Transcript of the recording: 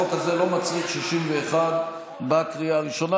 החוק הזה לא מצריך 61 בקריאה הראשונה.